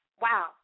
Wow